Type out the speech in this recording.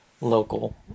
local